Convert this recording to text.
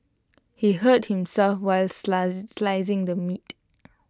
he hurt himself while slicing the meat